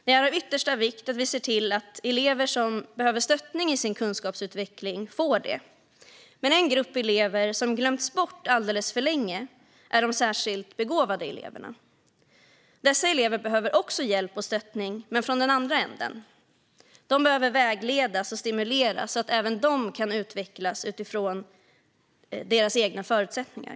Det är av yttersta vikt att vi ser till att elever som behöver stöttning i sin kunskapsutveckling också får det. Men en grupp elever som glömts bort alldeles för länge är de särskilt begåvade eleverna. Dessa elever behöver också hjälp och stöttning men från den andra änden. De behöver vägledas och stimuleras så att även de kan utvecklas så långt som möjligt utifrån sina egna förutsättningar.